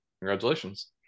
Congratulations